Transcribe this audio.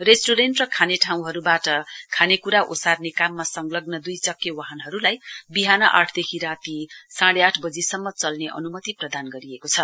restaurant र खाने ठाउँहरूबाट खानेक्रा ओसार्ने काममा संलग्न दुई चक्के वाहनहरूलाई बिहान आठबजेदेखि राती साडै आठ बजीसम्म चल्ने अनुमति प्रदान गरिएको छ